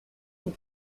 pour